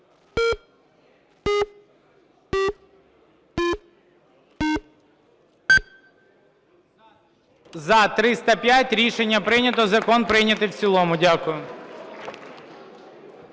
За-305 Рішення прийнято. Закон прийнятий в цілому. Дякую.